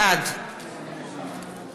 בעד